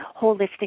holistic